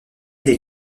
des